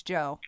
Joe